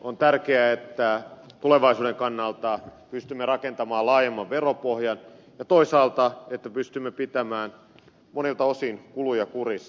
on tärkeää että tulevaisuuden kannalta pystymme rakentamaan laajemman veropohjan ja että toisaalta pystymme pitämään monilta osin kuluja kurissa